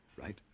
right